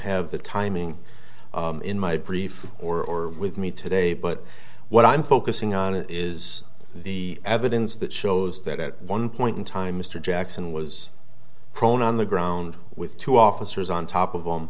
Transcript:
have the timing in my brief or with me today but what i'm focusing on is the evidence that shows that at one point in time mr jackson was prone on the ground with two officers on top of